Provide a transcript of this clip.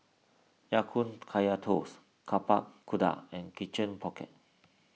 Ya Kun Kaya Toast Tapak Kuda and Chicken Pocket